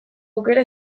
aukera